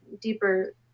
deeper